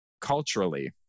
Culturally